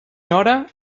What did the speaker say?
nora